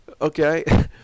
Okay